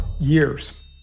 years